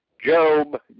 Job